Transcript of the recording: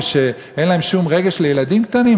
כשאין להם שום רגש לילדים קטנים?